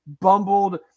bumbled